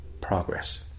progress